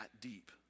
deep